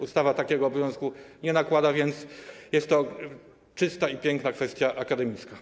Ustawa takiego obowiązku nie nakłada, więc jest to czysta i piękna kwestia akademicka.